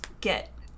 get